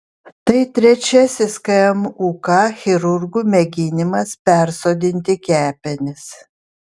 tai trečiasis kmuk chirurgų mėginimas persodinti kepenis